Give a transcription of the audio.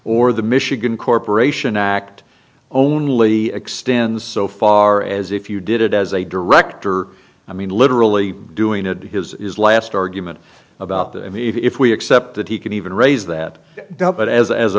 or the michigan corporation act only extends so far as if you did it as a director i mean literally doing it his is last argument about that i mean if we accept that he can even raise that double as as a